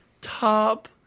top